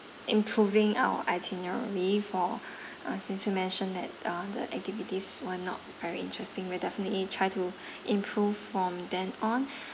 improving our itinerary for uh since you mentioned that uh the activities were not very interesting we'll definitely try to improve from then on